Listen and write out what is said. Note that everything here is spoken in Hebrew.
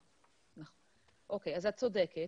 אוקיי, את צודקת.